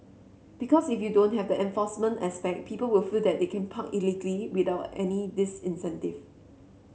because if you don't have the enforcement aspect people will feel that they can park illegally without any disincentive